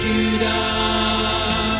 Judah